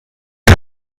der